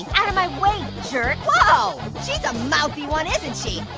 out of my way, jerk. whoa, she's a mouthy one isn't she?